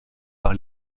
par